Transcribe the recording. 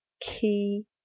key